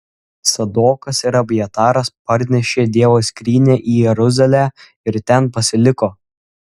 cadokas ir abjataras parnešė dievo skrynią į jeruzalę ir ten pasiliko